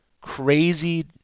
crazy